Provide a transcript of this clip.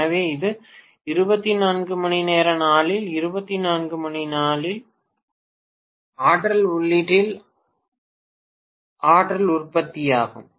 எனவே இது 24 மணி நேர நாளில் 24 மணிநேர நாளில் ஆற்றல் உள்ளீட்டில் ஆற்றல் உற்பத்தியாகும்